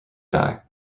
die